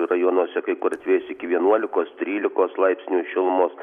rajonuose kai kur atvės iki vienuolikos trylikos laipsnių šilumos